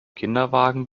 kinderwagen